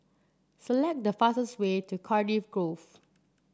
select the fastest way to Cardiff Grove